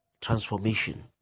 transformation